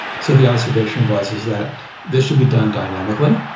so the observation was is that this should be done dynamically,